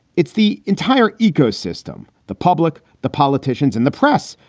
it's the entire ecosystem, the public, the politicians and the press.